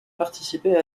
participé